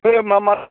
ओमफ्राय मा मा